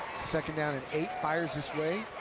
second down and eight, fires this way,